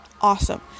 awesome